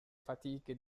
fatiche